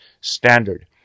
standard